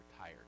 tired